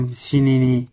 sinini